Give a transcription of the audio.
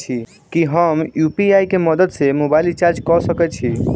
की हम यु.पी.आई केँ मदद सँ मोबाइल रीचार्ज कऽ सकैत छी?